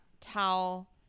towel